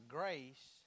grace